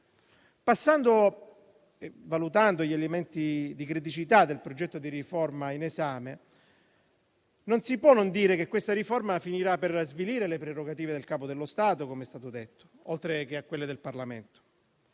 Parlamento. Valutando gli elementi di criticità del progetto di riforma in esame, non si può non dire che questa riforma finirà per svilire le prerogative del Capo dello Stato - come è stato detto - oltre a quelle del Parlamento.